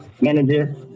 manager